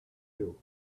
you